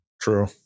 True